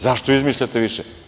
Zašto izmišljate više?